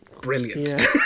brilliant